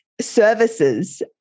services